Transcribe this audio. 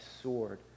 sword